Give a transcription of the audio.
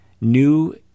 new